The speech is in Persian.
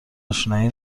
آشنایی